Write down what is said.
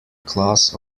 class